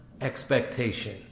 expectation